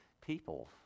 people